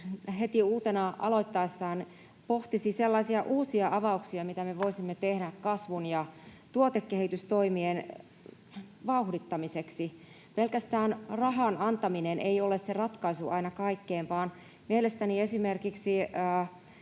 heti uutena aloittaessaan pohtisi sellaisia uusia avauksia, mitä me voisimme tehdä kasvun ja tuotekehitystoimien vauhdittamiseksi. Pelkästään rahan antaminen ei ole se ratkaisu aina kaikkeen, vaan mielestäni mitä